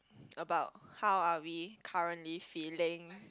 about how are we currently feeling